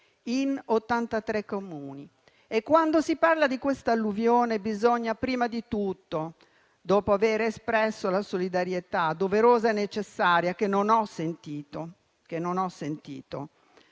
in 83 Comuni. Quando si parla di questa alluvione, bisogna prima di tutto, dopo aver espresso la solidarietà doverosa e necessaria (non l'ho sentita nel primo